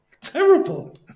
terrible